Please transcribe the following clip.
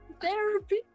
Therapy